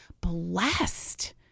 Blessed